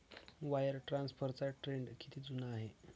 Wire ट्रान्सफरचा trend किती जुना आहे?